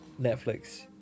Netflix